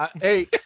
Hey